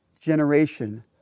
generation